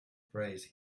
phrase